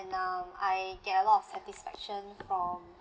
and um I get a lot of satisfaction from